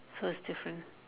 so is different